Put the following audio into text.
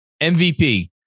MVP